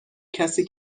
کسی